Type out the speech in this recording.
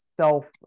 self